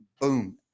Boom